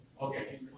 Okay